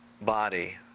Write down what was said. body